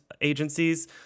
agencies